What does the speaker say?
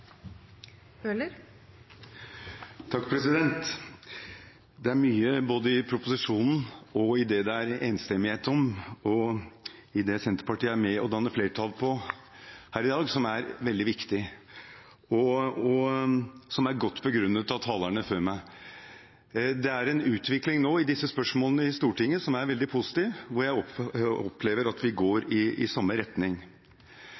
mye både i proposisjonen, i det det er enstemmighet om, og i det Senterpartiet er med å danne flertall for her i dag, som er veldig viktig, og som er godt begrunnet av talerne før meg. Det er en utvikling nå i disse spørsmålene i Stortinget som er veldig positiv, hvor jeg opplever at vi